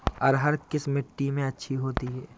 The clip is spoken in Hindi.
अरहर किस मिट्टी में अच्छी होती है?